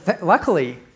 luckily